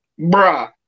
Bruh